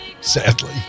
Sadly